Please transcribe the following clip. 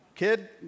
kid